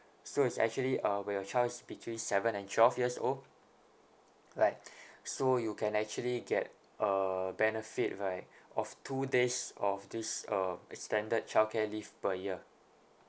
so it's actually uh when your child is between seven and twelve years old right so you can actually get a benefit right of two days of this uh extended childcare leave per year